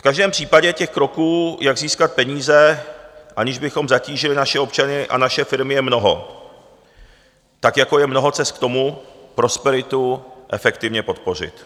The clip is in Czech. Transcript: V každém případě, těch kroků, jak získat peníze, aniž bychom zatížili naše občany a naše firmy, je mnoho, tak jako je mnoho cest k tomu, prosperitu efektivně podpořit.